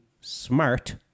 smart